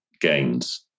gains